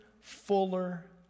fuller